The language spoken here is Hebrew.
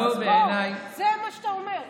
אז בוא, זה מה שאתה אומר.